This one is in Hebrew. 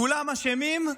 כולם אשמים,